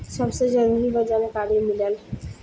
सबसे जरूरी बा जानकारी मिलल